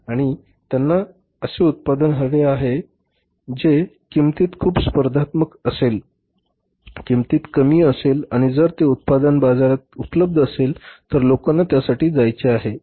आणि त्यांना असे एखादे उत्पादन हवे आहे जे किंमतीत खूप स्पर्धात्मक असेल किंमतीत कमी असेल आणि जर ते उत्पादन बाजारात उपलब्ध असेल तर लोकांना त्यासाठी जायचे आहे